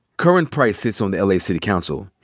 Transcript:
curren price sits on the la city council.